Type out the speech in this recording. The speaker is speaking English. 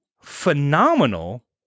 phenomenal